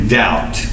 doubt